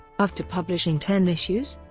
after publishing ten issues.